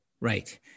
right